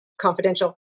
confidential